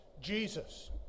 Jesus